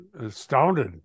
astounded